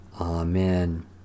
Amen